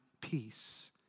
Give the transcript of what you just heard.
peace